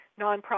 nonprofit